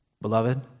Beloved